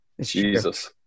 Jesus